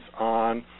on